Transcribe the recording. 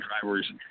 drivers